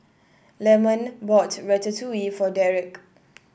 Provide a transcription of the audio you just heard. Lemon bought Ratatouille for Dereck